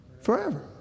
Forever